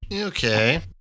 Okay